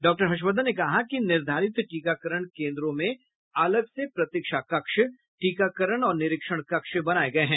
doctor Harshvardhan ने कहा कि निर्धारित टीकाकरण केंद्रों में अलग से प्रतीक्षा कक्ष टीकाकरण और निरीक्षण कक्ष बनाए गए हैं